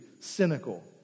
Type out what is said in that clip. cynical